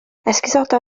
esgusoda